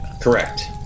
Correct